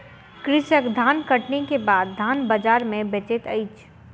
कृषक धानकटनी के बाद धान बजार में बेचैत अछि